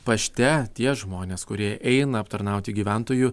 pašte tie žmonės kurie eina aptarnauti gyventojų